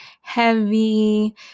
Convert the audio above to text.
heavy